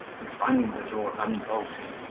and, finding the door unbolted,